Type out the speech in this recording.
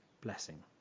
blessing